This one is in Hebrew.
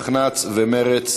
המחנה הציוני ומרצ.